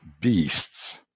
beasts